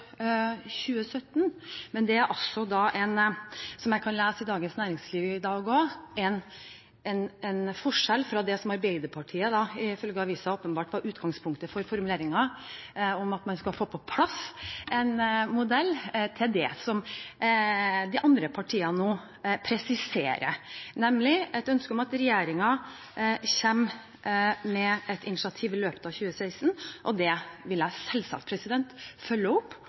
2017. Det er, som jeg kan lese i Dagens Næringsliv i dag, en forskjell fra det som i Arbeiderpartiet – ifølge avisen – åpenbart var utgangspunktet for formuleringen, om at man skal få på plass en modell, til det som de andre partiene nå presiserer, nemlig et ønske om at regjeringen kommer med et initiativ i løpet av 2016. Det vil jeg selvsagt følge opp